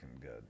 good